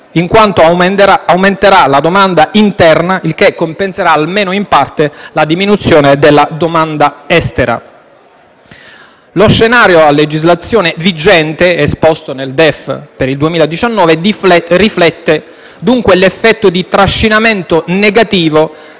in quanto aumenterà la domanda interna; il che compenserà, almeno in parte, la diminuzione della domanda estera. Lo scenario a legislazione vigente esposto nel DEF 2019 riflette, dunque, l'effetto di trascinamento negativo